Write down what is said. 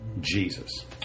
Jesus